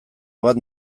bat